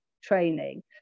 training